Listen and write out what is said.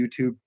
YouTube